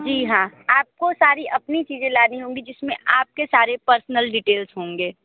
जी हाँ आपको सारी अपनी चीज़ें लानी होगी जिस में आपके सारे पर्सनल डिटेल्स होंगे